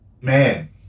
Man